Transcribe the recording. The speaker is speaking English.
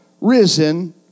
risen